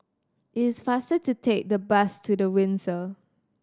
it is faster to take the bus to The Windsor